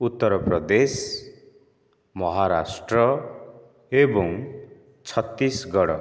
ଉତ୍ତରପ୍ରଦେଶ ମହାରାଷ୍ଟ୍ର ଏବଂ ଛତିଶଗଡ଼